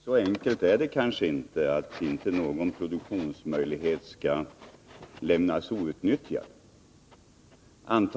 Fru talman! Fullt så enkelt som att inte någon produktionsmöjlighet skall lämnas outnyttjad är det kanske inte.